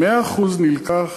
100% נלקח,